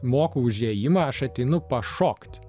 moku už įėjimą aš ateinu pašokt